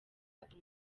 umutesi